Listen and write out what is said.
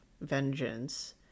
vengeance